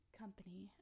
company